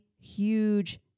huge